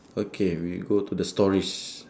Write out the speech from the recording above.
okay we go to the stories